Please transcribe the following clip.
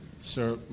Sir